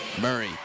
Murray